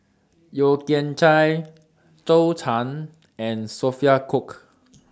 Yeo Kian Chai Zhou Can and Sophia Cooke